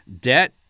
debt